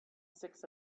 six